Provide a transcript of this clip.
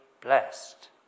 blessed